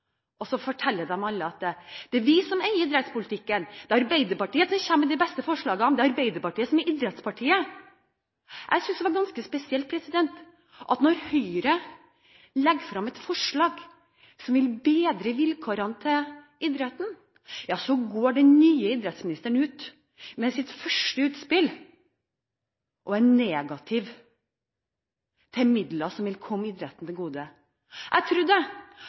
som kommer med de beste forslagene. Det er Arbeiderpartiet som er idrettspartiet. Jeg syntes det var ganske spesielt at da Høyre la fram et forslag som vil bedre vilkårene til idretten, gikk den nye idrettsministeren ut med sitt første utspill og var negativ til tippemidler som ville komme idretten til gode. Jeg